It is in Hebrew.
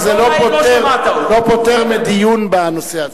רק שזה לא פוטר מדיון בנושא הזה.